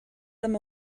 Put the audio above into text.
them